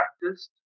practiced